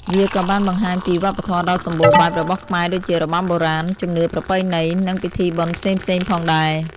វាក៏បានបង្ហាញពី វប្បធម៌ដ៏សម្បូរបែប របស់ខ្មែរដូចជា របាំបុរាណ ជំនឿប្រពៃណី និងពិធីបុណ្យផ្សេងៗផងដែរ។